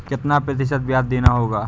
कितना प्रतिशत ब्याज देना होगा?